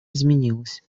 изменилось